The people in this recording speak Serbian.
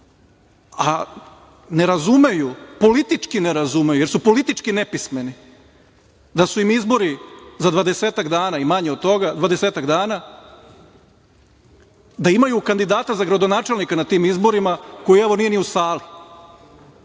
a ne razumeju, politički ne razumeju jer su politički nepismeni, da su im izbori za dvadesetak dana i manje od toga, da imaju kandidata za gradonačelnika na tim izborima, koji evo nije ni u sali.